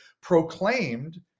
proclaimed